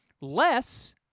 Less